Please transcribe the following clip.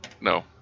No